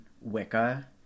wicca